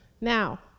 Now